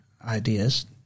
Ideas